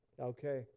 Okay